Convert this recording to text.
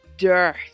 Dirt